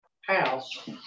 house